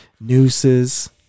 nooses